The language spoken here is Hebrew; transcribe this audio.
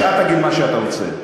השאר תגיד מה שאתה רוצה: